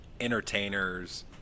entertainers